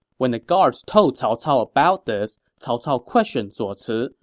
when the guards told cao cao about this, cao cao questioned zuo ci,